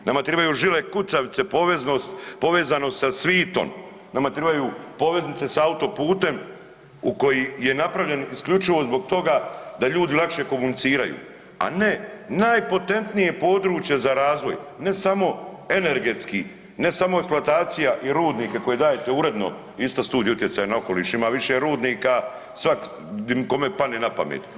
Nama tribaju žile kucavice, poveznost, povezanost sa svitom, nama tribaju poveznice s autoputem u koji je napravljen isključivo zbog toga da ljudi lakše komuniciraju, a ne najpotentnije područje za razvoj, ne samo energetski, ne samo eksploatacija i rudnike koje dajete uredno, isto studija utjecaja na okoliš, ima više rudnika, svak kome padne na pamet.